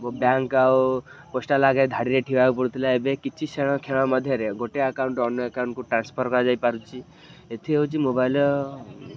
bank ଆଉ postal ଆଗରେ ଧାଡ଼ିରେ ଠିଆ ହେବାକୁ ପଡ଼ୁଥିଲା ଏବେ କିଛି ସମୟ ଖେଳ ମଧ୍ୟରେ ଗୋଟେ ଆକାଉଣ୍ଟରୁ ଅନ୍ୟ ଆକାଉଣ୍ଟକୁ ଟ୍ରାନ୍ସଫର୍ କରାଯାଇପାରୁଛି ଏଥିହେଉଛି ମୋବାଇଲ୍